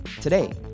Today